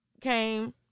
Came